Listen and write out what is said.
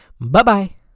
Bye-bye